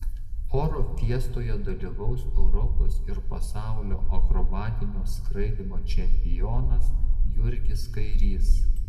oro fiestoje dalyvaus europos ir pasaulio akrobatinio skraidymo čempionas jurgis kairys